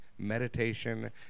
Meditation